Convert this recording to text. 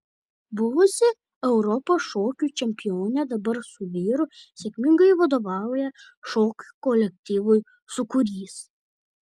buvusi europos šokių čempionė dabar su vyru sėkmingai vadovauja šokių kolektyvui sūkurys